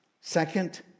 Second